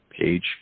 page